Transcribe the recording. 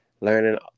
learning